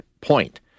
point